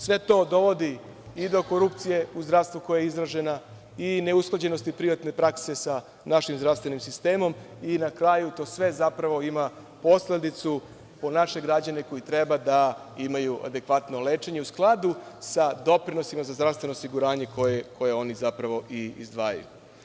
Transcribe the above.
Sve to dovodi do korupcije i ne usklađenosti privatne prakse sa našim zdravstvenim sistemom i sve to na kraju zapravo ima posledicu po naše građane koji treba da imaju adekvatno lečenje u skladu sa doprinosima za zdravstveno osiguranje koje oni zapravo izdvajaju.